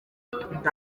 ndangamuntu